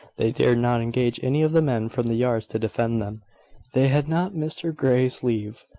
they dared not engage any of the men from the yards to defend them they had not mr grey's leave,